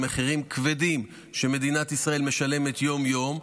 על מחירים כבדים שמדינת ישראל משלמת יום-יום.